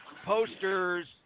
Posters